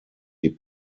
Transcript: die